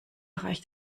reicht